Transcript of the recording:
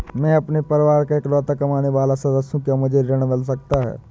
मैं अपने परिवार का इकलौता कमाने वाला सदस्य हूँ क्या मुझे ऋण मिल सकता है?